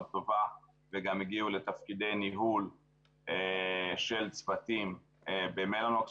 טובה וגם הגיעו לתפקידי ניהול של צוותים במלאנוקס,